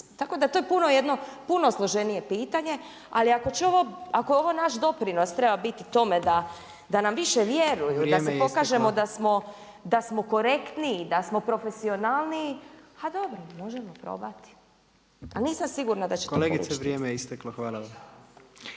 Tako da to je puno jedno puno složenije pitanje. Ali ako ovo naš doprinos treba biti tome da nam više vjeruju, da se pokažemo da smo korektniji, da smo profesionalniji a dobro, možemo probati. Ali nisam sigurna da ćete polučiti uspjeh. **Jandroković,